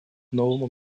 новому